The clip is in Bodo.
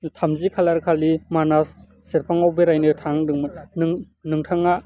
थामजि खालारखालि मानास सेरफांआव बेरायनो थांहांदोंमोन नों नोंथाङा